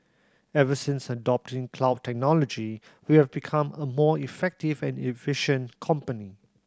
ever since adopting cloud technology we have become a more effective and efficient company